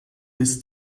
bis